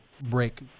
break